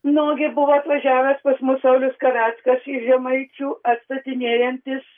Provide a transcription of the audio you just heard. nugi buvo atvažiavęs pas mus saulius kaveckas iš žemaičių atstatinėjantis